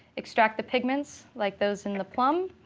extract the pigments like those in the plum,